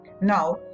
Now